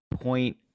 point